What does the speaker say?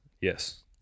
Yes